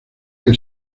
que